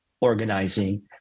organizing